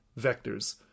vectors